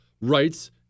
rights